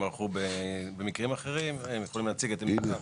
ערכו במקרים אחרים - הם יכולים להציג את עמדתם.